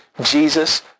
Jesus